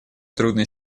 трудной